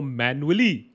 manually